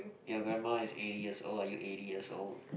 your grandma is eighty years old are you eighty years old